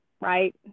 right